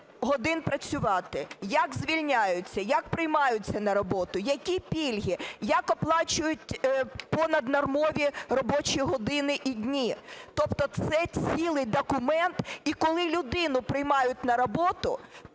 годин працювати, як звільняються, як приймаються на роботу, які пільги, як оплачують понаднормові робочі години і дні. Тобто це цілий документ. І коли людину приймають на роботу,